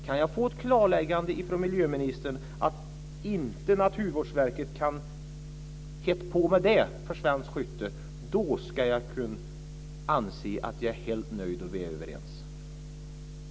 Kan jag få ett klarläggande från miljöministern om att Naturvårdsverket inte kan hitta på något sådant för svenskt skytte? Då ska jag anse att jag är helt nöjd och att vi är överens.